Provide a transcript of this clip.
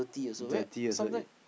dirty also